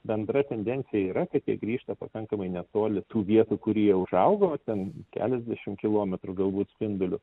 bendra tendencija yra kad jie grįžta pakankamai netoli tų vietų kur jie užaugo ten keliasdešim kilometrų galbūt spinduliu